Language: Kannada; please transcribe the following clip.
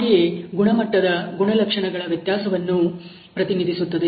ಹಾಗೆಯೇ ಗುಣಮಟ್ಟದ ಗುಣಲಕ್ಷಣಗಳ ವ್ಯತ್ಯಾಸವನ್ನು ಪ್ರತಿನಿಧಿಸುತ್ತದೆ